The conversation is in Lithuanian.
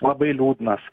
labai liūdnas